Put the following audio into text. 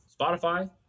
Spotify